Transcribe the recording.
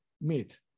meet